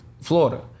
Florida